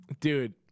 dude